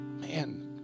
man